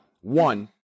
one